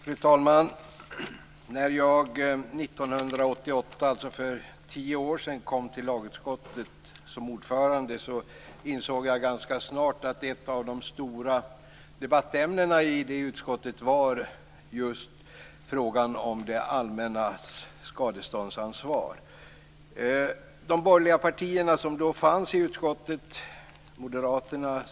Fru talman! När jag 1988 - för snart tio år sedan - tillträdde som ordförande i lagutskottet, insåg jag snart att ett av de stora debattämnena i utskottet var just frågan om det allmännas skadeståndsansvar.